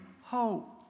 hope